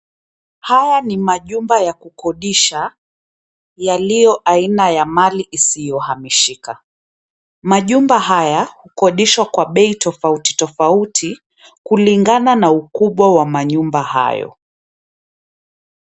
Haya ni majumba ya kukodisha yaliyo aina ya mali isiyohamishika. Majumba haya hukodishwa kwa bei tofauti tofauti kulingana na ukubwa wa manyumba hayo.